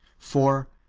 for,